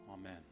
Amen